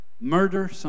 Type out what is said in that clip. Murder